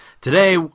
Today